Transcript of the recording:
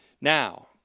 Now